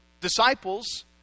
disciples